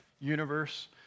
universe